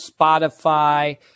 Spotify